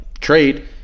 trade